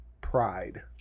pride